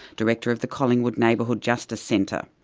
director of the collingwood neighbourhood justice centre.